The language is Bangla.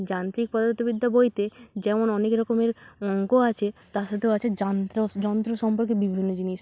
যান্ত্রিক পদার্থবিদ্যা বইতে যেমন অনেক রকমের অঙ্ক আছে তার সাথেও আছে যান্ত্র যন্ত্র সম্পর্কে বিভিন্ন জিনিস